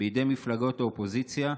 בידי מפלגות האופוזיציה,